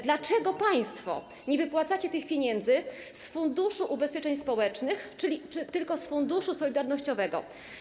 Dlaczego państwo nie wypłacacie tych pieniędzy z Funduszu Ubezpieczeń Społecznych, tylko z Funduszu Solidarnościowego?